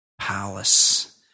palace